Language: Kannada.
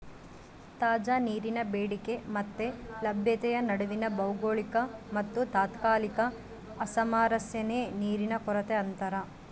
ತಾಜಾ ನೀರಿನ ಬೇಡಿಕೆ ಮತ್ತೆ ಲಭ್ಯತೆಯ ನಡುವಿನ ಭೌಗೋಳಿಕ ಮತ್ತುತಾತ್ಕಾಲಿಕ ಅಸಾಮರಸ್ಯನೇ ನೀರಿನ ಕೊರತೆ ಅಂತಾರ